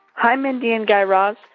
hi, mindy and guy raz.